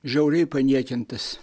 žiauriai paniekintas